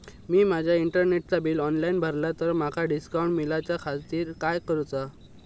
मी माजा इंटरनेटचा bill online भरला तर माका डिस्काउंट मिलाच्या खातीर काय करुचा?